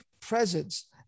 presence